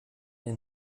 den